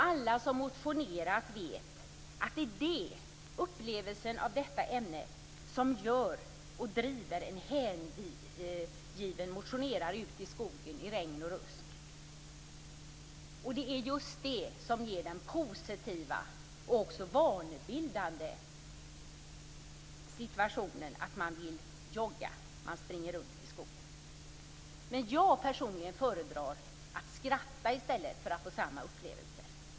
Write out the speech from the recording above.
Alla som har motionerat vet att det är upplevelsen av detta ämne som driver en hängiven motionär ut i skogen i regn och rusk. Det är just det som gör det vanebildande, på ett positivt sätt, att jogga och springa runt i skogen. Personligen föredrar jag dock att skratta för att få samma upplevelse.